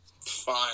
fine